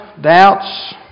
doubts